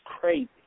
crazy